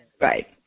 Right